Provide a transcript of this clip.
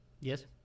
Yes